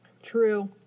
True